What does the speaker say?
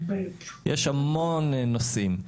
יש המון נושאים,